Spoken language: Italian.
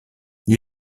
gli